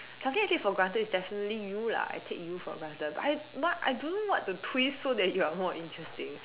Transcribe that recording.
something I take for granted is definitely you lah I take you for granted but I but I don't know what the twist so that you are more interesting